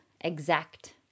exact